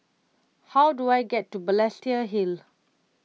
how do I get to Balestier Hill